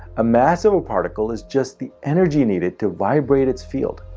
a mass of a particle is just the energy needed to vibrate its field.